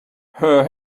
her